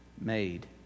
made